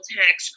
tax